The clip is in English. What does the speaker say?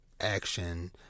action